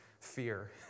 fear